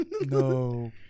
No